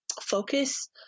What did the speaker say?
focus